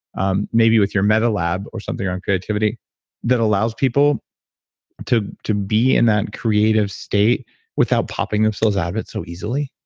um maybe with your meta lab or something around creativity that allows people to to be in that creative state without popping themselves out of it so easily?